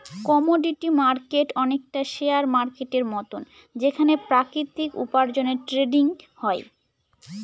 commodity market অনেকটা share মার্কেটের মতন যেখানে প্রাকৃতিক উপার্জনের ট্রেডিং হয়